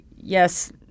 yes